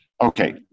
Okay